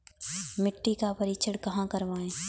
मिट्टी का परीक्षण कहाँ करवाएँ?